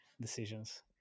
decisions